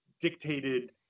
dictated